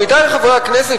עמיתי חברי הכנסת,